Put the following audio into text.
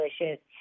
delicious